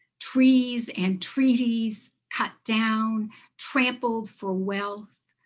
trees and treaties cut down trampled for wealth.